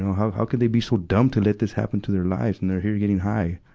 how, how could they be so dumb to let this happen to their lives and they're here getting high?